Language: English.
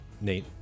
Nate